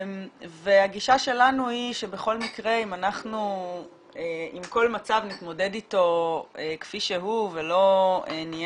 והגישה שלנו היא שבכל מקרה אם אנחנו נתמודד בכל מצב כפי שהוא ולא נהיה